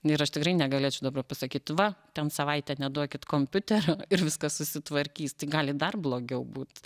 ir aš tikrai negalėčiau dabar pasakyt va ten savaitę neduokit kompiuterio ir viskas susitvarkys tai gali dar blogiau būt